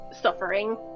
suffering